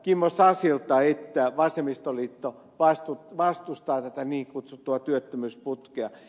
kimmo sasilta että vasemmistoliitto vastustaa tätä niin kutsuttua työttömyysputkea